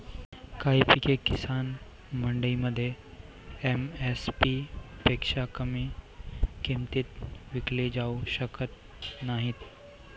काही पिके किसान मंडईमध्ये एम.एस.पी पेक्षा कमी किमतीत विकली जाऊ शकत नाहीत